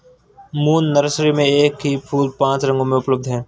moon nursery में एक ही फूल पांच रंगों में उपलब्ध है